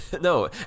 no